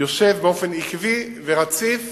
יושב באופן עקבי ורציף